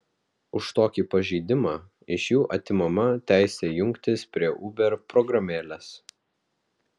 už tokį pažeidimą iš jų atimama teisė jungtis prie uber programėlės